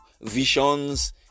visions